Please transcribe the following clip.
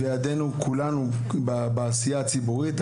וידנו כולנו בעשייה הציבורית.